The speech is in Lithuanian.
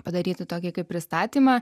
padaryti tokį kaip pristatymą